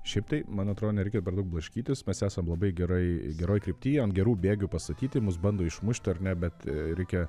šiaip tai man atrodo nereikia per daug blaškytis mes esam labai gerai geroj krypty ant gerų bėgių pastatyti mus bando išmušt ar ne bet reikia